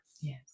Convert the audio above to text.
yes